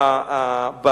שנכח